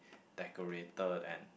decorated and